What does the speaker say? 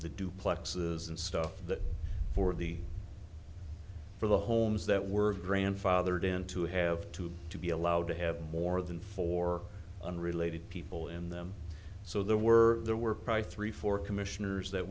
the duplexes and stuff that for the for the homes that were grandfathered in to have to have to be allowed to have more than four unrelated people in them so there were there were probably three four commissioners that